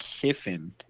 Kiffin